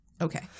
okay